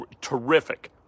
terrific